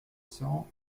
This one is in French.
cents